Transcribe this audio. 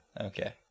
Okay